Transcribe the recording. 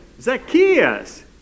Zacchaeus